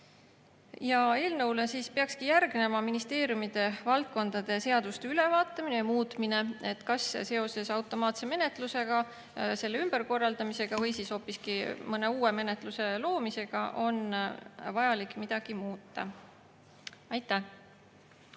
Eelnõule peakski järgnema ministeeriumide valdkondade seaduste ülevaatamine ja muutmine, et kas seoses automaatse menetluse, selle ümberkorraldamise või hoopiski mõne uue menetluse loomisega on vaja midagi muuta. Aitäh!